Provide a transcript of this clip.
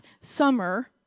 summer